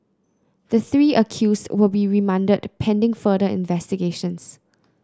the three accused will be remanded pending further investigations